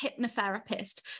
hypnotherapist